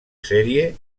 sèrie